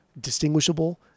distinguishable